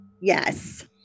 Yes